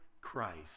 Christ